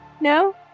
No